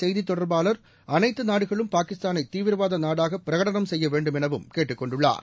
செய்தித் தொடர்பாளர்ஹ அனைத்து நாடுகளும் பாகிஸ்தானை தீவிரவாத நாடாக பிரகடணம் செய்ய வேண்டுமெனவும் கேட்டுக் கொண்டுள்ளார்